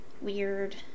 weird